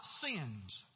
sins